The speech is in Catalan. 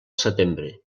setembre